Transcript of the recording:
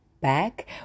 back